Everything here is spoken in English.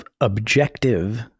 objective